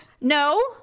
No